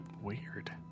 Weird